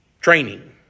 training